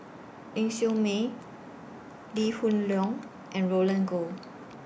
Ling Siew May Lee Hoon Leong and Roland Goh